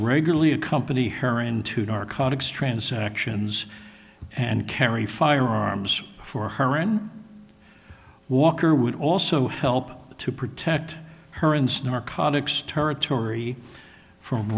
regularly accompany her into narcotics transactions and carry firearms for her walker would also help to protect her and snore conics territory from